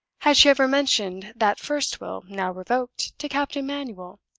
had she ever mentioned that first will, now revoked, to captain manuel